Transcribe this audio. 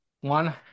One